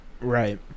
right